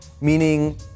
Meaning